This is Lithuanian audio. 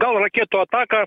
gal raketų ataka